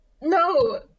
No